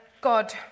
God